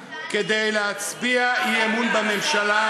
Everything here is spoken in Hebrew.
יהיה אמיץ מספיק כדי להצביע אי-אמון בממשלה.